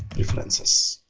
preferences.